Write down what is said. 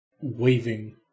waving